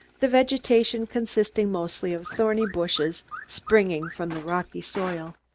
the vegetation consisting mostly of thorny bushes springing from the rocky soil.